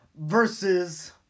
versus